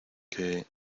que